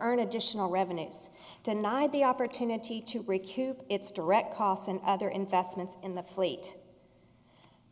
earn additional revenues denied the opportunity to recoup its direct costs and other investments in the fleet